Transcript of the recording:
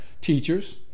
teachers